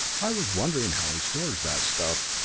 i was wondering how he stores that stuff,